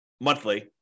monthly